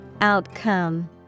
Outcome